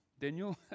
Daniel